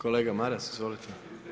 Kolega Maras, izvolite.